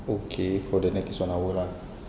okay for the next one hour lah